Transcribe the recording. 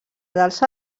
dels